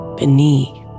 beneath